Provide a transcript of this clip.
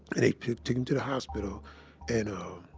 they took him to the hospital and, um,